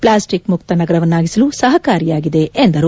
plastic ಮುಕ್ತ ನಗರವನ್ನಾಗಿಸಲು ಸಹಕಾರಿಯಾಗಿದೆ ಎಂದರು